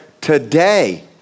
today